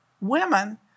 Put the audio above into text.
women